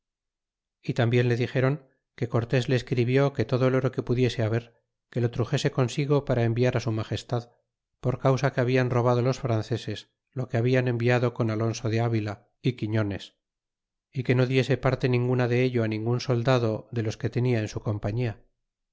y tambien le dixéron que cortés le escribió que todo el oro que pudiese haber que lo truxese consigo para enviar su magestad por causaque habian robado los franceses lo que hablan enviado con alonso de avi la é quiñones é que no diese parte ninguna de ello ningun soldado de los que tenia en su compañía